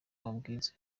amabwiriza